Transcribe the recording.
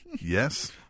yes